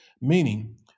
meaning